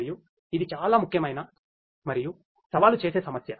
మరియు ఇది చాలా ముఖ్యమైన మరియు సవాలు చేసే సమస్య